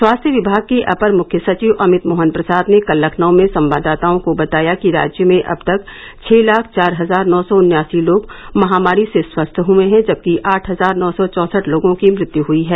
स्वास्थ्य विभाग के अपर मुख्य सचिव अमित मोहन प्रसाद ने कल लखनऊ में संवाददाताओं को बताया कि राज्य में अब तक छः लाख चार हजार नौ सौ उन्यासी लोग महामारी से स्वस्थ हुए हैं जबकि आठ हजार नौ सौ चौसठ लोगों की मृत्यु हुई है